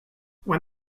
when